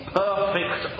perfect